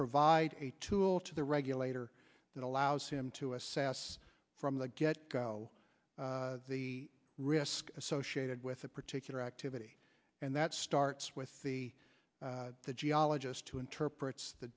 provide a tool to the regulator that allows him to assess from the get go the risk associated with a particular activity and that starts with the the geologist who interprets the